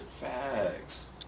Facts